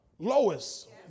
Lois